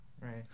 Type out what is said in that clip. right